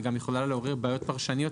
וגם יכולה לעורר בעיות פרשניות,